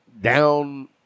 down